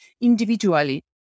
individually